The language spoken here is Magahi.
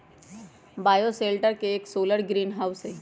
बायोशेल्टर एक सोलर ग्रीनहाउस हई